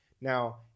Now